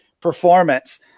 performance